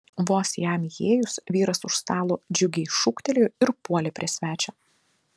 vos jam įėjus vyras už stalo džiugiai šūktelėjo ir puolė prie svečio